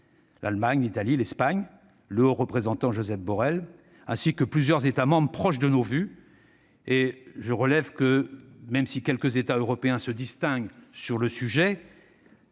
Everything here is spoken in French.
l'Allemagne, l'Italie, l'Espagne, le haut représentant Josep Borrell, ainsi que plusieurs États membres proches de nos vues. Je relève que, même si quelques États européens se distinguent sur le sujet,